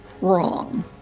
wrong